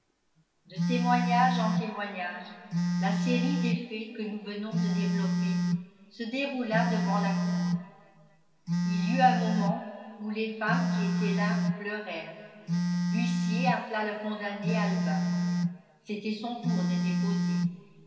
de témoignage en témoignage la série des faits que nous venons de développer se déroula devant la cour il y eut un moment où les femmes qui étaient là pleurèrent l'huissier appela le condamné albin c'était son tour de